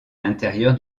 l’intérieur